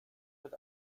mit